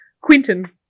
Quinton